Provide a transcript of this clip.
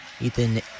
Ethan